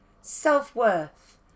self-worth